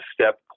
step